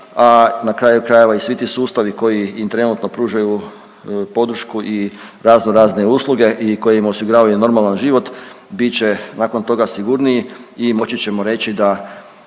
a na kraju krajeva i svi ti sustavi koji im trenutno pružaju podršku i razno razne usluge i koji im osiguravaju normalan život bit će nakon toga sigurniji i moći ćemo reći da